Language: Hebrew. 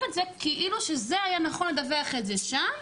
כאילו זה היה נכון לדווח את זה שם,